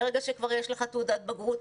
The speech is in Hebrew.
וברגע שכבר יש לך תעודת בגרות,